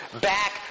back